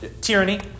tyranny